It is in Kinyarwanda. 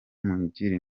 mungire